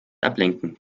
ablenken